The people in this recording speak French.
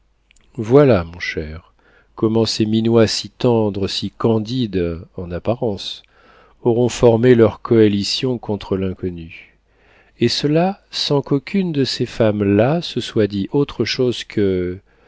voilà mon cher comment ces minois si tendres si candides en apparence auront formé leur coalition contre l'inconnue et cela sans qu'aucune de ces femmes-là se soit dit autre chose que